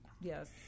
Yes